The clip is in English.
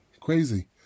crazy